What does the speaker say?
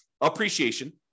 Appreciation